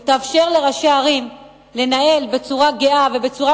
ותאפשר לראשי ערים לנהל בצורה גאה ובצורה